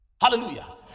hallelujah